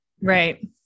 Right